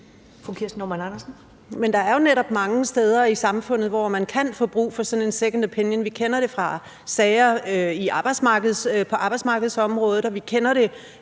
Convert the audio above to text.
der er jo netop mange steder i samfundet, hvor man kan få brug for sådan en second opinion. Vi kender det fra sager på arbejdsmarkedsområdet, og vi kender det